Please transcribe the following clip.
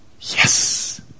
Yes